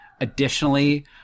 Additionally